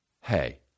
Hey